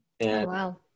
Wow